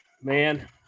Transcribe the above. man